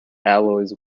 alloys